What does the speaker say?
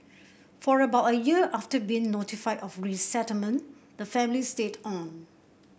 for about a year after being notified of resettlement the family stayed on